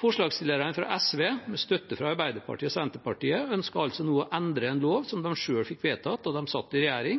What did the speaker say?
Forslagsstillerne fra SV, med støtte fra Arbeiderpartiet og Senterpartiet, ønsker altså nå å endre en lov som de selv fikk vedtatt da de satt i regjering,